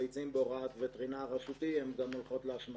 הביצים בהוראת וטרינר רשותי גם הולכות להשמדה.